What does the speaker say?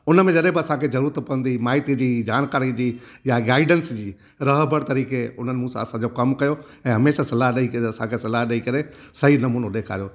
उनमें जॾहिं बि असांखे ज़रूअत पवंदी माइत जी जानकारी जी या गाइडेंस जी रहिबर तरीके़ उन्हनि मूंसा असांजो कमु कयो ऐं हमेशह सलाह ॾई करे असांखे सलाह ॾई करे सही नमूनो ॾेखारियो